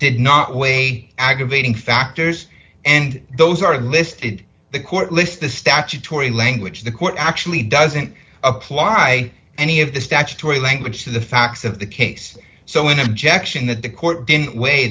did not weigh aggravating factors and those are listed the court list the statutory language the court actually doesn't apply any of the statutory language to the facts of the case so in objection that the court